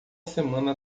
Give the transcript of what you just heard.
semana